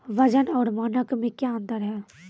वजन और मानक मे क्या अंतर हैं?